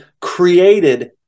created